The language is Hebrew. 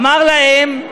אמר להם: